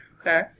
Okay